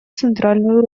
центральную